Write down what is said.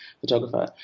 photographer